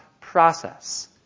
process